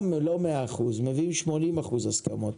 לא -100%, מביאם 80% הסכמות.